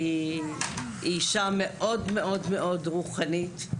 היא אישה מאוד מאוד מאוד רוחנית,